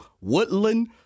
Woodland